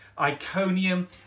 Iconium